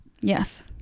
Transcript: Yes